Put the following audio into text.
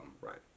Right